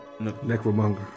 Necromonger